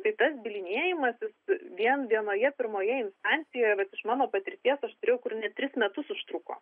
tai tas bylinėjimasis vien vienoje pirmoje instancijoje vat iš mano patirties aš turėjau kur net tris metus užtruko